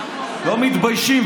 לא מתביישים.